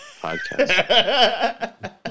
podcast